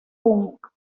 punk